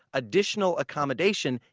additional accommodation,